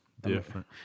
Different